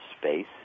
space